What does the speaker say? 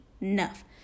enough